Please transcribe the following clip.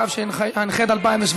התשע"ח 2017,